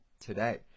today